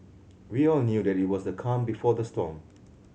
we all knew that it was the calm before the storm